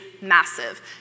massive